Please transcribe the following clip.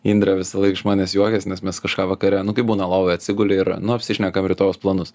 indrė visąlaik iš manęs juokiasi nes mes kažką vakare nu kai būna lovoj atsiguli ir nu apsišnekam rytojaus planus